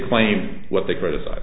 claim what they criticize